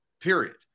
period